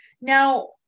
Now